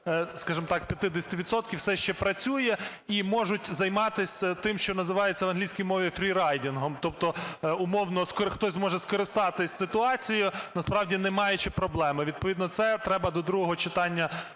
скажімо так, 50 відсотків, все ще працює, і можуть займатися тим, що називається в англійській мові "фрі райдінгом", тобто, умовно, хтось може скористатися ситуацією, насправді не маючи проблеми. Відповідно це треба до другого читання